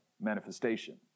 manifestation